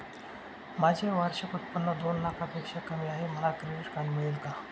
माझे वार्षिक उत्त्पन्न दोन लाखांपेक्षा कमी आहे, मला क्रेडिट कार्ड मिळेल का?